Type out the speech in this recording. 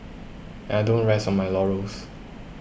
and I don't rest on my laurels